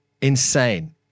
insane